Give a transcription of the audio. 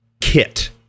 kit